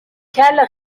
cale